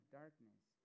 darkness